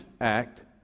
act